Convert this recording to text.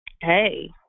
Hey